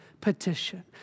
petition